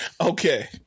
Okay